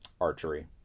Archery